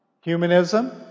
Humanism